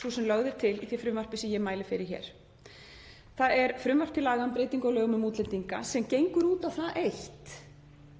sú sem lögð er til í frumvarpinu sem ég mæli fyrir hér. Það er frumvarp til laga um breytingu á lögum um útlendinga sem gengur út á það eitt